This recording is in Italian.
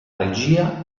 regia